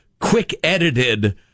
quick-edited